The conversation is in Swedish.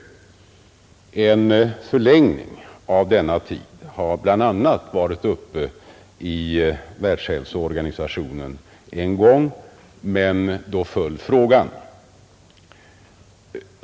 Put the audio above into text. Tanken på en förlängning av karantänstiden har bl.a. varit uppe i Världshälsoorganisationen en gång, men då föll frågan.